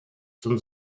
zum